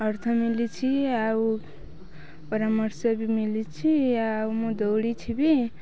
ଅର୍ଥ ମିଲିଛି ଆଉ ପରାମର୍ଶ ବି ମିଲିଛି ଆଉ ମୁଁ ଦୌଡ଼ିଛିବି